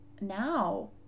now